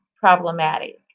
problematic